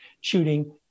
shooting